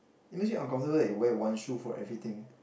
it makes you uncomfortable that you wear one shoe for everything